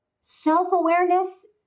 self-awareness